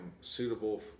suitable